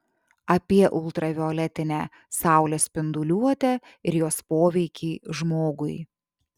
apie ultravioletinę saulės spinduliuotę ir jos poveikį žmogui